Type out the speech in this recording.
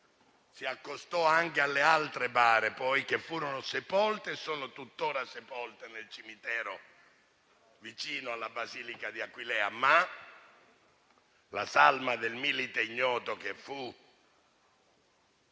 si accostò anche alle altre bare, che furono e sono tutt'ora sepolte nel cimitero vicino alla Basilica di Aquileia, ma la salma del Milite Ignoto che fu